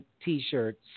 t-shirts